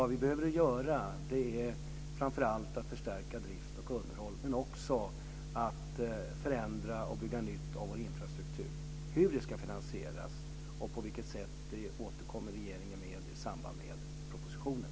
Vad vi behöver göra är framför allt att förstärka drift och underhåll men också att förändra och bygga nytt av vår infrastruktur. Hur det ska finansieras och på vilket sätt återkommer regeringen till i samband med propositionen.